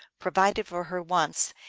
provided for her wants,